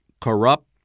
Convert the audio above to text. corrupt